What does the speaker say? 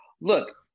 look